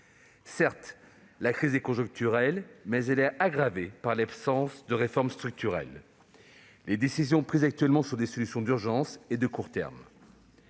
Certes, la crise est conjoncturelle, mais elle est aggravée par l'absence de réformes structurelles. Les décisions prises actuellement sont des solutions d'urgence et de court terme.